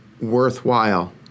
worthwhile